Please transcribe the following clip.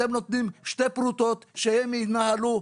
אתם נותנים שתי פרוטות שהם ינהלו.